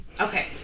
Okay